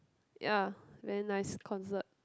ya very nice concert